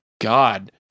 god